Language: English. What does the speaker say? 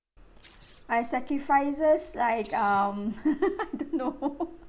I sacrifices like um I don't know